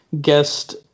guest